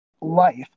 life